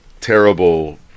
terrible